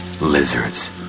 lizards